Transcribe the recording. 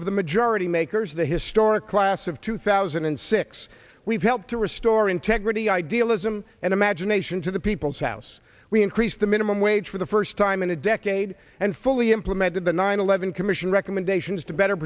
of the majority makers the historic class of two thousand and six we've helped to restore integrity idealism and imagination to the people's house we increased the minimum wage for the first time in a decade and fully implemented the nine eleven commission recommendations to better